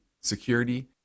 security